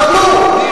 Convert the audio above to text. אז למה,